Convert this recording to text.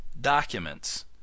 Documents